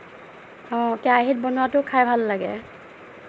অঁ কেৰাহীত বনোৱাটো খাই ভাল লাগে